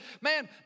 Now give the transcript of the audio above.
man